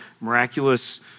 miraculous